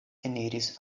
eniris